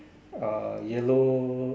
uh yellow